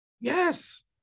Yes